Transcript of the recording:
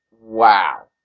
wow